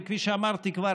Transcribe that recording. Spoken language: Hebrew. וכפי שאמרתי כבר,